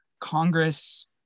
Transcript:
Congress